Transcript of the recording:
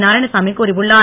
நாராயணசாமி கூறியுள்ளார்